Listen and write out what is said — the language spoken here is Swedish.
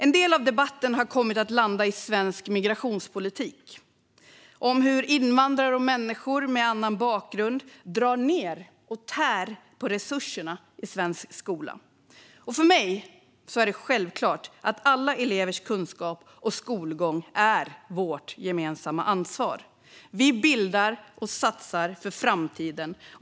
En del av debatten har kommit att landa i svensk migrationspolitik, hur invandrare och människor med annan bakgrund drar ned och tär på resurserna i svensk skola. För mig är det självklart att alla elevers kunskap och skolgång är vårt gemensamma ansvar. Vi bildar och satsar för framtiden.